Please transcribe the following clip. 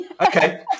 Okay